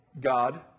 God